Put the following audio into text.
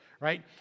right